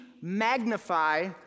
magnify